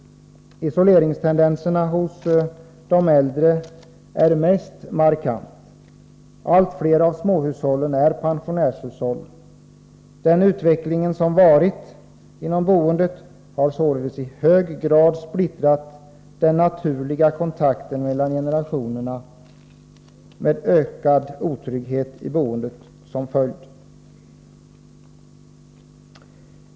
Isoleringstendenserna hos de äldre är mest markanta. Allt fler av småhushållen är pensionärshushåll. Den utveckling som varit inom boendet har således i hög grad splittrat den naturliga kontakten mellan generationer, med ökad otrygghet i boendet som följd.